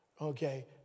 Okay